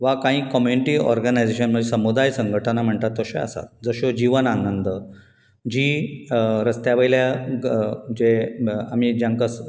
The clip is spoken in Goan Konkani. वा काही कमॅंटी ऑरर्गनायसेशन समूदाय संघटना म्हणटा तशें आसा जश्यो जिवन आनंद जी रस्त्या वयल्या जे आमी ज्याका